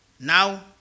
Now